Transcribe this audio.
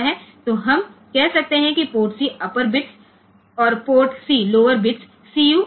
तो हम कह सकते हैं कि पोर्ट C अपर बिट्स और port C lower bits CU और CL